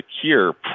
secure